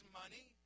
money